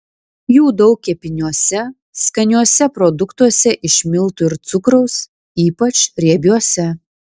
jų daug kepiniuose skaniuose produktuose iš miltų ir cukraus ypač riebiuose